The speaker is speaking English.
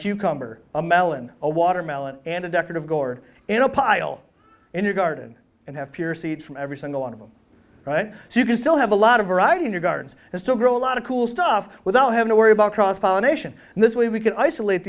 cucumber a melon a watermelon and a decorative gore in a pile in your garden and have pure seeds from every single one of them right so you can still have a lot of variety in your gardens and still grow a lot of cool stuff without having to worry about cross pollination and this way we can isolate